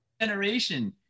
generation